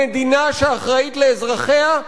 המדינה שאחראית לאזרחיה,